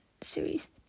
series